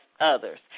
Others